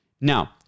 Now